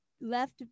left